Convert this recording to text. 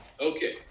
Okay